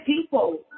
people